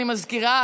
אני מזכירה,